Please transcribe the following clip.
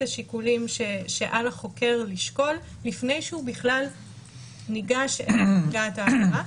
השיקולים שעל החוקר לשקול לפני שהוא בכלל ניגש אל נפגעת העבירה.